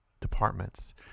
departments